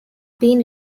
been